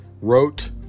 wrote